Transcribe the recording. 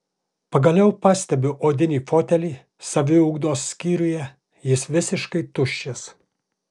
pagaliau pastebiu odinį fotelį saviugdos skyriuje jis visiškai tuščias